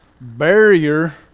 barrier